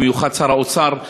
ובמיוחד לשר האוצר,